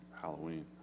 Halloween